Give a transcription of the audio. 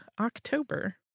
October